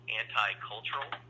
anti-cultural